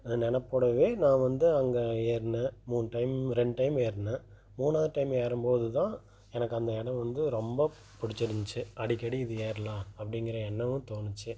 நினப்போடவே நான் வந்து அங்கே ஏறினேன் மூணு டைம் ரெண் டைம் ஏறினேன் மூணாவது டைம் ஏறும்போது தான் எனக்கு அந்த இடம் வந்து ரொம்ப பிடுச்சுருந்துச்சு அடிக்கடி இது ஏறலாம் அப்படிங்கிற எண்ணமும் தோணுச்சு